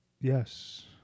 yes